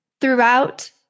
throughout